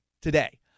today